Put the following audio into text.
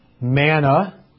manna